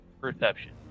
perception